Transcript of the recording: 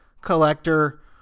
collector